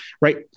right